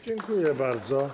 Dziękuję bardzo.